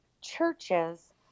churches